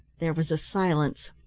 there was a silence.